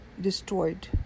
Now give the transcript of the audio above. destroyed